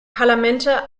parlamente